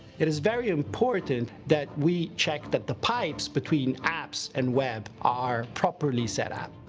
it is very important that we check that the pipes between apps and web are properly set up.